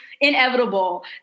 inevitable